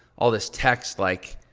all this text, like,